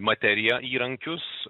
materija įrankius